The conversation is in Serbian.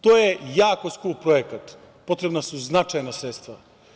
To je jako skup projekat, potrebna su značajna sredstva.